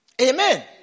Amen